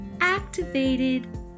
activated